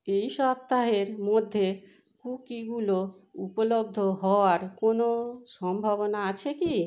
এই সপ্তাহের মধ্যে কুকিগুলো উপলব্ধ হওয়ার কোনো সম্ভাবনা আছে কি